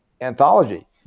anthology